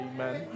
Amen